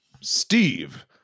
Steve